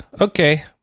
Okay